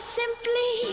simply